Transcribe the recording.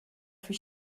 for